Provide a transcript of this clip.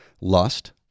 lust